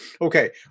Okay